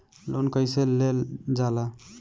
Loan कईसे लेल जाला?